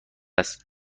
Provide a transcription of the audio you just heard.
است